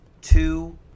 two